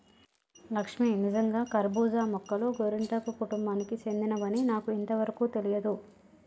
లక్ష్మీ నిజంగా కర్బూజా మొక్కలు గోరింటాకు కుటుంబానికి సెందినవని నాకు ఇంతవరకు తెలియదు